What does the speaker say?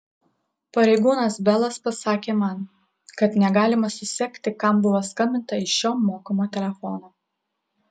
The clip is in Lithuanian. pareigūnas belas pasakė man kad negalima susekti kam buvo skambinta iš šio mokamo telefono